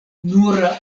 nura